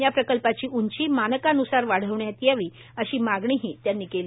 या प्रकल्पाची उंची मानकानुसार वाढवण्यात यावी अशी मागणीही त्यांनी केली